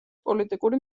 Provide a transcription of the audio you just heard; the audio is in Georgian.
პოლიტიკური